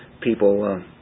people